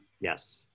Yes